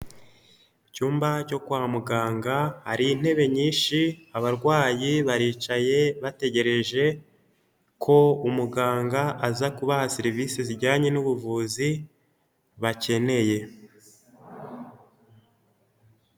Icyumba cyo kwa muganga hari intebe nyinshi, abarwayi baricaye bategereje ko umuganga aza kubaha serivisi zijyanye n'ubuvuzi bakeneye.